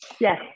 yes